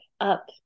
up